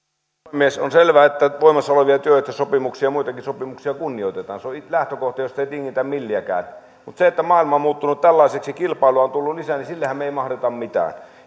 puhemies on selvää että voimassa olevia työehtosopimuksia ja muitakin sopimuksia kunnioitetaan se on lähtökohta josta ei tingitä milliäkään mutta sille että maailma on muuttunut tällaiseksi kilpailua on tullut lisää mehän emme mahda mitään